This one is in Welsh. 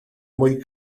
mwy